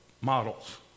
models